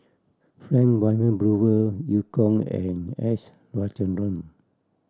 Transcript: Frank Wilmin Brewer Eu Kong and S Rajendran